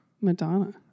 Madonna